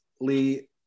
Lee